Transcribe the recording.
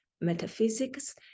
metaphysics